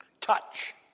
Touch